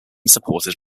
supported